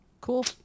Cool